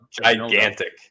Gigantic